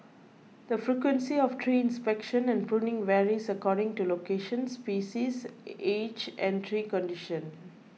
the frequency of tree inspection and pruning varies according to location species age and tree condition